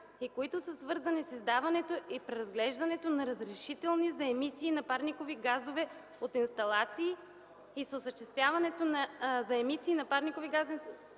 и които са свързани с издаването и преразглеждането на разрешителни за емисии на парникови газове от инсталации и с осъществяването на мониторинг от